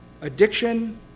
Addiction